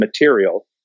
material